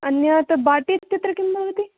अन्यत् बाटि इत्यत्र किं भवति